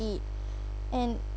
eat and